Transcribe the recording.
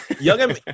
Young